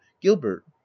gilbert